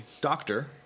doctor